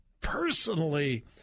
personally